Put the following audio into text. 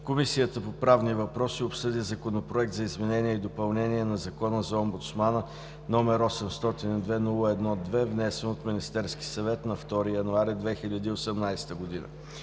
Комисията по правни въпроси обсъди Законопроект за изменение и допълнение на Закона за омбудсмана, № 802-01-2, внесен от Министерския съвет нa 2 януари 2018 г.